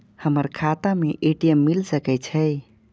हमर खाता में ए.टी.एम मिल सके छै?